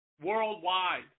worldwide